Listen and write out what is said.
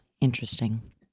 interesting